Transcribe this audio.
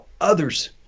others